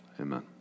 Amen